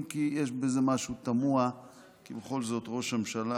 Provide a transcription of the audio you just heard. אם כי יש בזה משהו תמוה כי בכל זאת ראש הממשלה